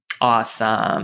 Awesome